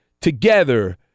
together